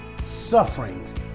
Sufferings